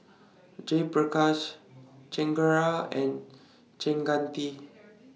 Jayaprakash Chengara and